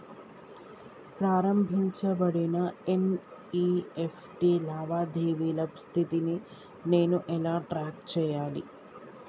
ప్రారంభించబడిన ఎన్.ఇ.ఎఫ్.టి లావాదేవీల స్థితిని నేను ఎలా ట్రాక్ చేయాలి?